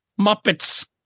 Muppets